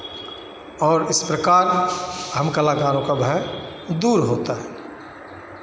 और इस प्रकार हम कलाकारों का भय दूर होता है